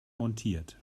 montiert